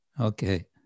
Okay